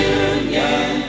union